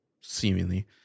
seemingly